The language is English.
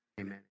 amen